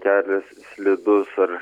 kelias slidus ar